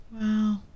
wow